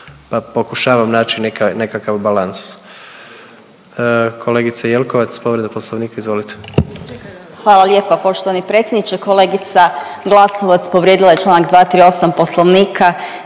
Pa pokušavam naći nekakav balans. Kolegice Jelkovac, povreda Poslovnika, izvolite. **Jelkovac, Marija (HDZ)** Hvala lijepa poštovani predsjedniče. Kolegica Glasovac povrijedila je čl. 238. Poslovnika